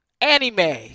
Anime